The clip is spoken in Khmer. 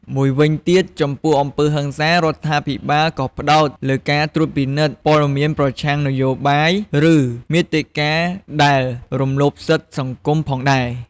មួយវិញទៀតចំពោះអំពើហិង្សា រដ្ឋាភិបាលក៏ផ្តោតលើការត្រួតពិនិត្យ ព័ត៌មានប្រឆាំងនយោបាយ ឬមាតិកាដែលរំលោភសិទ្ធិសង្គមផងដែរ។